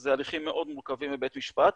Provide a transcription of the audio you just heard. אלה הליכים מאוד מורכבים בבית משפט,